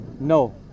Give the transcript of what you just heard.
no